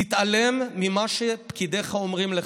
תתעלם ממה שפקידיך אומרים לך.